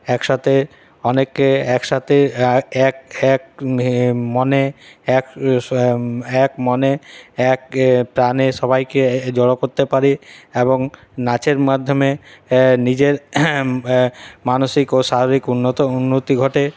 একসাথে অনেকে একসাথে এক এক মনে এক এক মনে এক প্রাণে সবাইকে জড়ো করতে পারি এবং নাচের মাধ্যমে নিজের মানসিক ও শারীরিক উন্নত উন্নতি ঘটে